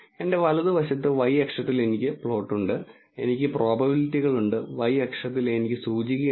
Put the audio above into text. എന്റെ വലതുവശത്ത് y അക്ഷത്തിൽ എനിക്ക് പ്ലോട്ടുണ്ട് എനിക്ക് പ്രോബബിലിറ്റികളുണ്ട് x അക്ഷത്തിൽ എനിക്ക് സൂചികയുണ്ട്